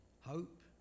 Hope